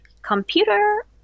Computer